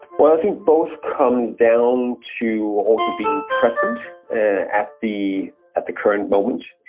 well, i think both comes down to also being present at the at the current moment.